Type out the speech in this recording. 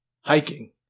hiking